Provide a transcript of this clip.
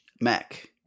Mac